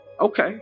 Okay